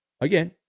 again